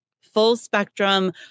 full-spectrum